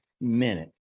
minute